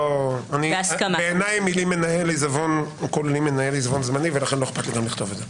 ואחר-כך מנהל העיזבון מחויב גם בהגשת דוחות שנתיים